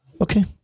Okay